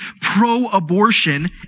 pro-abortion